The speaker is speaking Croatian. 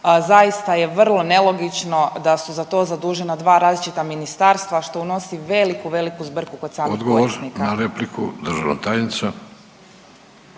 Zaista je vrlo nelogično da su za to zadužena dva različita ministarstva što unosi veliku, veliku zbrku kod samih korisnika. **Vidović, Davorko